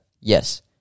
Yes